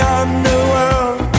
underworld